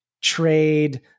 trade